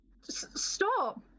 stop